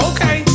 Okay